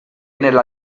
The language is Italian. nella